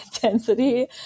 density